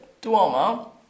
Duomo